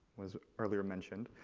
was earlier mentioned.